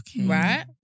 right